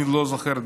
אני לא זוכר.